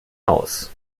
aus